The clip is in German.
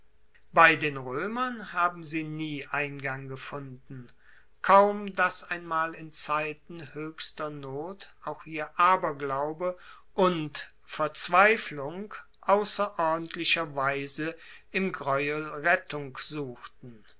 bei den roemern haben sie nie eingang gefunden kaum dass einmal in zeiten hoechster not auch hier aberglaube und verzweiflung ausserordentlicherweise im greuel rettung suchten